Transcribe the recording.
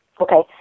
Okay